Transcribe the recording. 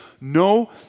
No